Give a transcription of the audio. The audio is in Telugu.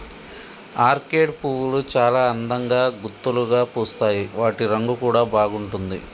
ఆర్కేడ్ పువ్వులు చాల అందంగా గుత్తులుగా పూస్తాయి వాటి రంగు కూడా బాగుంటుంది